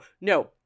no